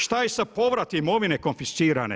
Šta je sa povratom imovine konfiscirane?